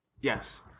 Yes